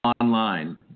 online